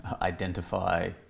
identify